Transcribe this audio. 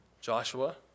Joshua